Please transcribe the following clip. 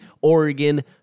Oregon